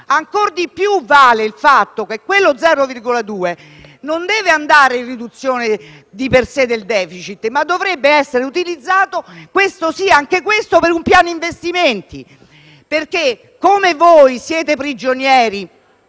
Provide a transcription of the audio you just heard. ancor di più vale il fatto che quello 0,2 non deve andare in riduzione di per sé del *deficit*, ma dovrebbe essere utilizzato per un piano di investimenti. Come voi siete prigionieri